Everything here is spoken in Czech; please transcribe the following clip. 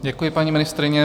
Děkuji, paní ministryně.